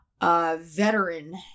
veteran